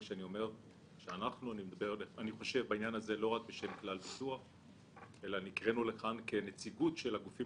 אני אומר זאת לא רק בשם כלל ביטוח - נקראנו לכאן כנציגות של הגופים